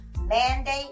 mandate